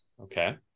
Okay